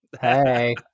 Hey